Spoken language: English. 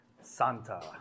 Santa